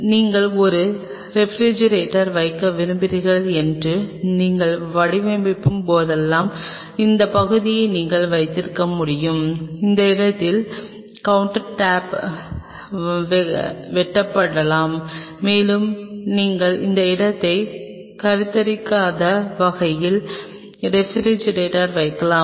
நீங்கள் ஒரு ரெபிரிஜிரட்டோர் வைக்க விரும்புகிறீர்கள் என்று நீங்கள் வடிவமைக்கும் போதெல்லாம் இந்த பகுதியை நீங்கள் வைத்திருக்க முடியும் அந்த இடத்தில் கவுண்டர்டாப் வெட்டப்படலாம் மேலும் நீங்கள் அந்த இடத்தை கருத்தரிக்காத வகையில் ரெபிரிஜிரட்டோரை வைக்கலாம்